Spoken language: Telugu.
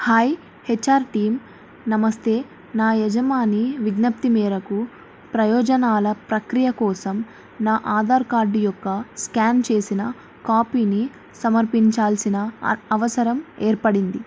హాయ్ హెచ్ఆర్ టీం నమస్తే నా యజమాని విజ్ఞప్తి మేరకు ప్రయోజనాల ప్రక్రియ కోసం నా ఆధార్ కార్డు యొక్క స్కాన్ చేసిన కాపీని సమర్పించాల్సిన అవసరం ఏర్పడింది